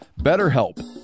BetterHelp